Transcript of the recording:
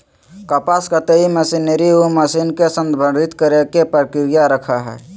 कपास कताई मशीनरी उ मशीन के संदर्भित करेय के प्रक्रिया रखैय हइ